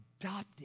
adopted